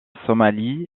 somalie